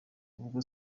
ubwo